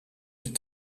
het